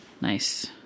Nice